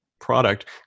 product